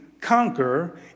conquer